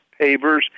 pavers